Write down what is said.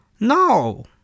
No